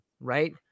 right